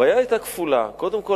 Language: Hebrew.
הבעיה היתה כפולה: קודם כול,